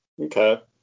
Okay